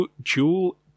Jewel